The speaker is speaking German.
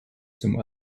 zum